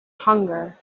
hunger